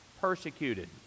persecuted